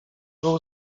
był